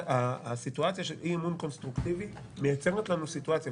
הסיטואציה של אי-אמון קונסטרוקטיבי מייצרת לנו סיטואציה,